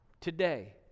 today